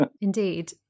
Indeed